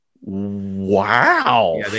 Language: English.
Wow